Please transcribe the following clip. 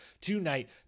tonight